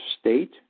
state